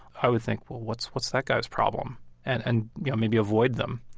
i would think, well, what's what's that guy's problem and and yeah maybe avoid them.